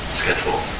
schedule